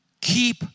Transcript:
Keep